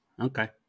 Okay